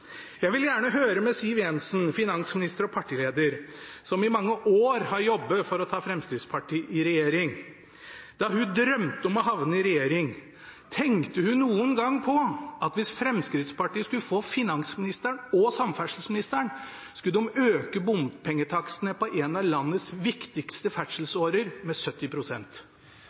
Jeg vil gjerne høre med Siv Jensen, finansminister og partileder, som i mange år har jobbet for å ta Fremskrittspartiet i regjering: Da hun drømte om å havne i regjering, tenkte hun noen gang på at hvis Fremskrittspartiet skulle få finansministeren og samferdselsministeren, skulle de øke bompengetakstene på en av landets viktigste ferdselsårer med